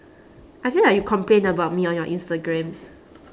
I feel like you complain about me on your instagram